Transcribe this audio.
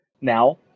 now